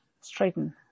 straighten